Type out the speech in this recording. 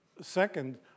second